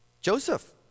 Joseph